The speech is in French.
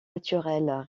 naturel